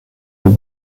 were